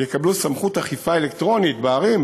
יקבלו סמכות אכיפה אלקטרונית בערים,